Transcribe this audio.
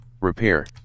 Repair